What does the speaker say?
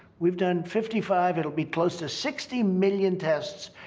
we've done fifty five it'll be close to sixty million tests,